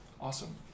awesome